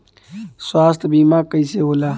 स्वास्थ्य बीमा कईसे होला?